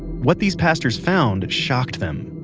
what these pastors found shocked them.